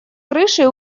крыши